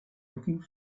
looking